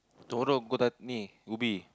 tomorrow go the ini Ubi